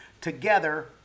together